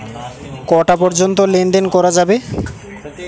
কটা পর্যন্ত লেন দেন করা যাবে?